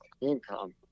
income